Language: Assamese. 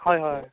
হয় হয়